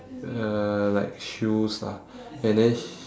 uh like shoes lah and then